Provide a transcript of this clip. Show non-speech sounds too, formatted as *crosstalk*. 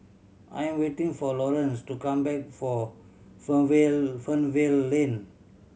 I am waiting for Lawrance to come back for *unintelligible* Fernvale Lane